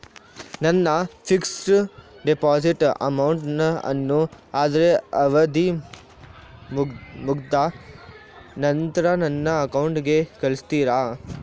ನನ್ನ fixed deposit amount ಅನ್ನು ಅದ್ರ ಅವಧಿ ಮುಗ್ದ ನಂತ್ರ ನನ್ನ ಅಕೌಂಟ್ ಗೆ ಕಳಿಸ್ತೀರಾ?